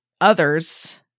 others